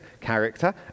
character